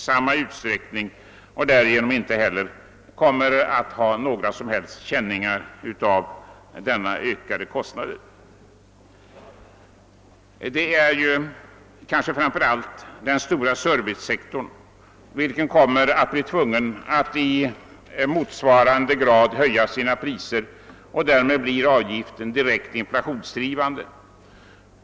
Därigenom får de inte heller så stora känningar av de ökade kostnaderna. Det är framför allt den stora servicesektorn, som kommer att bli tvungen att i motsvarande grad höja sina priser. Därmed blir avgiften direkt inflationsdrivande.